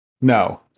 no